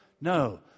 No